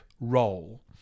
role